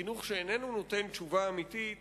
חינוך שאיננו נותן תשובה אמיתית